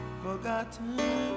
forgotten